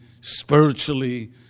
spiritually